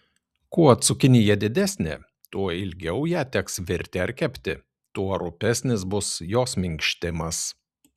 kuo cukinija didesnė tuo ilgiau ją teks virti ar kepti tuo rupesnis bus jos minkštimas